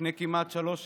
לפני כמעט שלוש שנים,